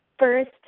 First